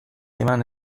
eman